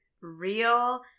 real